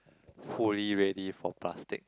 fully ready for plastic